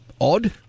Odd